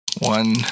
One